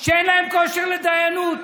שאין להם כושר לדיינות.